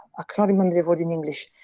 ah cannot remember the word in english.